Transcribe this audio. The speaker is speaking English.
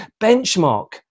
benchmark